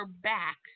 back